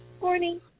Morning